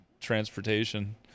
transportation